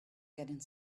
getting